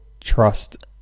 trust